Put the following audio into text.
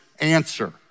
answer